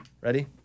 Ready